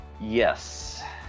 Yes